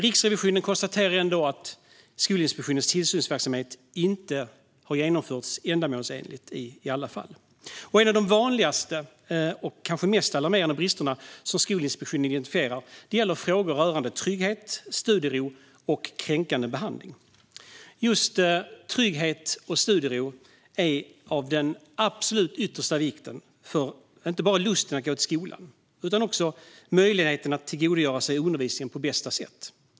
Riksrevisionen konstaterar ändå att Skolinspektionens tillsynsverksamhet inte har genomförts ändamålsenligt. En av de vanligaste och kanske mest alarmerande bristerna som Skolinspektionen identifierar gäller frågor rörande trygghet, studiero och kränkande behandling. Just trygghet och studiero är av absolut yttersta vikt, inte bara för lusten att gå till skolan utan också för möjligheten att tillgodogöra sig undervisningen på bästa sätt.